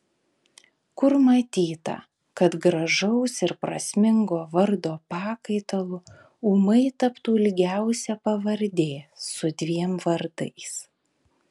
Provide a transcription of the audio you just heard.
kur matyta kad gražaus ir prasmingo vardo pakaitalu ūmai taptų ilgiausia pavardė su dviem vardais